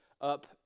up